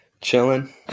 Chilling